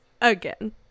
again